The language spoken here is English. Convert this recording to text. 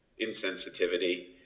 insensitivity